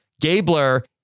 Gabler